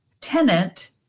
tenant